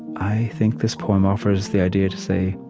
i think this poem offers the idea to say,